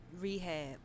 rehab